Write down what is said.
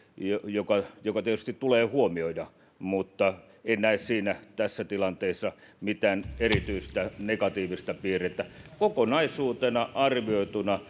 joka joka tietysti tulee huomioida mutta en näe siinä tässä tilanteessa mitään erityistä negatiivista piirrettä kokonaisuutena arvioituna